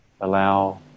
allow